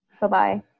Bye-bye